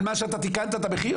על מה שאתה תיקנת את המחיר?